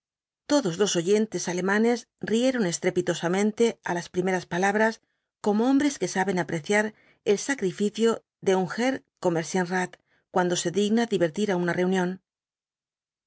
todos los oyentes alemanes rieron estrepitosamente á las primeras palabras como hombres que saben apreciar el sacrificio de un herr comerzienrath cuando se digna divertir á una reunión